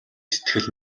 сэтгэл